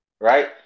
right